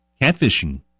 catfishing